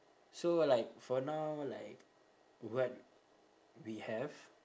so like for now like what we have